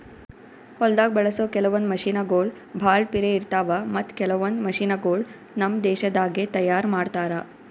ಹೊಲ್ದಾಗ ಬಳಸೋ ಕೆಲವೊಂದ್ ಮಷಿನಗೋಳ್ ಭಾಳ್ ಪಿರೆ ಇರ್ತಾವ ಮತ್ತ್ ಕೆಲವೊಂದ್ ಮಷಿನಗೋಳ್ ನಮ್ ದೇಶದಾಗೆ ತಯಾರ್ ಮಾಡ್ತಾರಾ